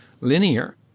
Linear